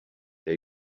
der